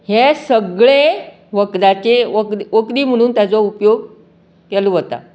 हे सगळें वखदाचें वख वखदी म्हणून ताचो उपयोग केलो वता